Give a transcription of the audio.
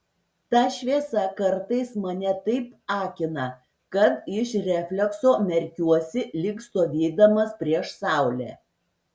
ta šviesa kartais mane taip akina kad iš reflekso merkiuosi lyg stovėdamas prieš saulę